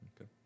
Okay